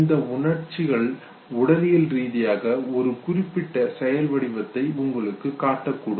இந்த உணர்ச்சிகள் உடலியல் ரீதியாக ஒரு குறிப்பிட்ட செயல் வடிவத்தை உங்களுக்குக் காட்டக்கூடும்